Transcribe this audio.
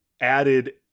added